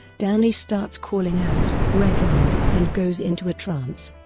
danny starts calling out redrum and goes into a trance,